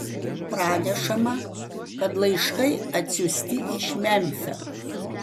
pranešama kad laiškai atsiųsti iš memfio